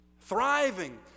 thriving